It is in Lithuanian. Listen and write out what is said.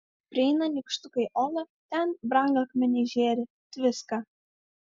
prieina nykštukai uolą ten brangakmeniai žėri tviska